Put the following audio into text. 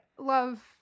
love